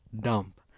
dump